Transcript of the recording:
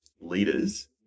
leaders